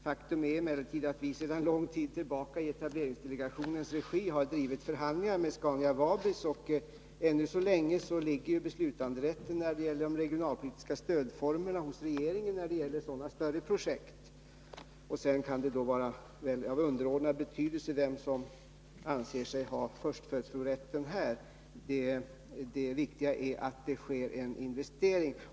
Faktum är emellertid att vi sedan lång tid tillbaka i etableringsdelegationens regi har drivit förhandlingar med Scania-Vabis. Ännu så länge ligger beslutanderätten när det gäller de regionalpolitiska stödformerna för sådana större projekt hos regeringen. Sedan kan det vara av underordnad betydelse vem som anser sig ha förstfödslorätten här. Det viktiga är att det görs en investering.